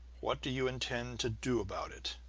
what do you intend to do about it?